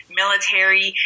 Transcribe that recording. military